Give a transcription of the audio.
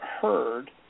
heard